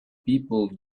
people